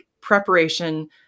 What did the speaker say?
preparation